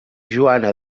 joana